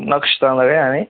नक्ष तांदळे आणि